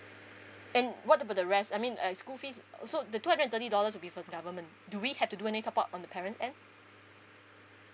and what about the rest I mean uh school fees so the two hundred and thirty dollars refer the government do we have to do any top up on the parents end